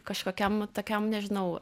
kažkokiam tokiam nežinau